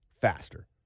faster